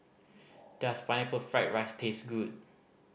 does Pineapple Fried rice taste good